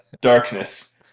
darkness